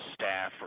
staff